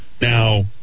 Now